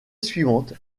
suivante